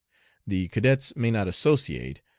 the cadets may not associate,